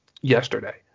yesterday